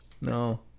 No